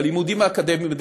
בלימודים האקדמיים,